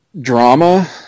drama